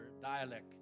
dialect